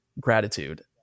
gratitude